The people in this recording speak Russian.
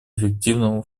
эффективному